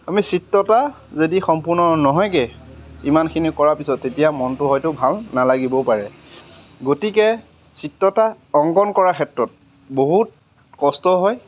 আমি চিত্ৰ এটা যদি সম্পূৰ্ণ নহয়গৈ ইমানখিনি কৰাৰ পিছত তেতিয়া মনটো হয়তো ভাল নালাগিবও পাৰে গতিকে চিত্ৰ এটা অংকন কৰাৰ ক্ষেত্ৰত বহুত কষ্ট হয়